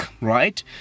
right